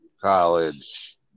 College